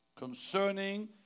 Concerning